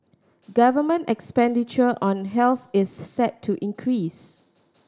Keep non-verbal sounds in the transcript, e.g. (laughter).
government expenditure on health is (unintelligible) set to increase